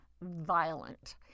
violent